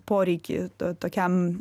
poreikį tokiam